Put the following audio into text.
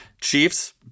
Chiefs